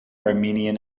armenian